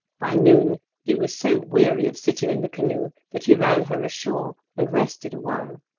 by noon he was so weary of sitting in the canoe that he ran her ashore, and rested awhile.